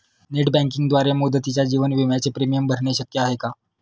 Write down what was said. Net बँकिंगद्वारे मुदतीच्या जीवन विम्याचे प्रीमियम भरणे शक्य आहे का?